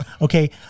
Okay